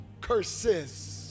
curses